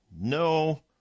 No